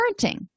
parenting